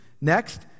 Next